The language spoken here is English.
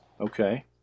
Okay